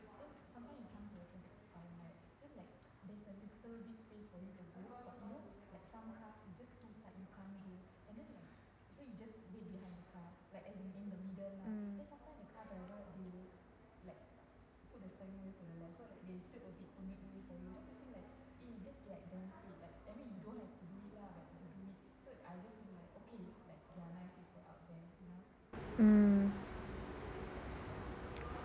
mm mm